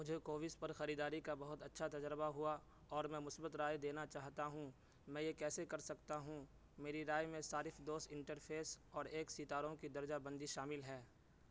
مجھے کووس پر خریداری کا بہت اچھا تجربہ ہوا اور میں مثبت رائے دینا چاہتا ہوں میں یہ کیسے کر سکتا ہوں میری رائے میں صارف دوست انٹرفیس اور ایک ستاروں کی درجہ بندی شامل ہے